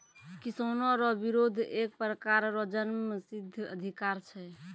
किसानो रो बिरोध एक प्रकार रो जन्मसिद्ध अधिकार छै